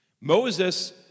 Moses